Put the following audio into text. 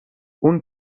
اون